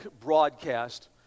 broadcast